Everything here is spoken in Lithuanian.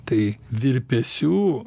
tai virpesių